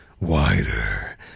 wider